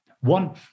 One